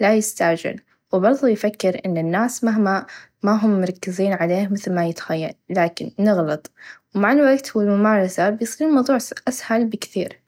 لا يستعچل و برظه يفكر إن الناس ماهم مركزين عليه مثل ما يتخيل لاكن نغلط و مع الوقت و المنارسه بيصير الوقت أسهل بكثير.